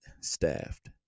staffed